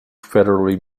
federally